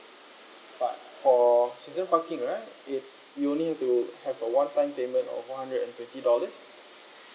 but for season parking right it you only have to have a one time payment of one hundred and twenty dollars